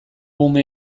ume